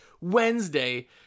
Wednesday